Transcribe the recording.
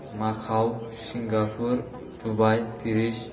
Macau Singapore Dubai Paris